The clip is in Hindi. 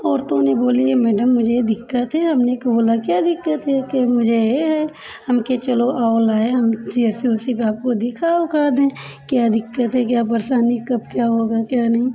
औरतों ने बोले मैडम मुझे ये दिक्कत है हमने बोला क्या दिक्कत है कहीं मुझे ये है हम कहे चलो आओ लाए हम सी एस सी ओस्सी पे आपको दिखा ओखा दें क्या दिक्कत है क्या परेशानी कब क्या होगा क्या नहीं